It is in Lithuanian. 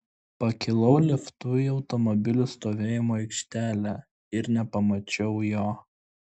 pakilau liftu į automobilių stovėjimo aikštelę ir nepamačiau jo